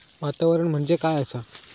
वातावरण म्हणजे काय असा?